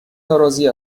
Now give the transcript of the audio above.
ناراضی